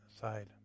side